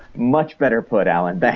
much better put, allan. but